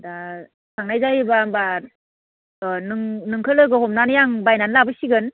दा थांनाय जायोबा होमबा अह नों नोंखौ लोगो हमनानै आं बायनानै लाबोसिगोन